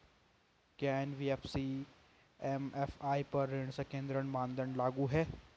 क्या NBFC MFI पर ऋण संकेन्द्रण मानदंड लागू हैं?